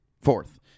fourth